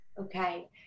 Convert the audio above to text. okay